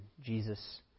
Jesus